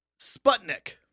Sputnik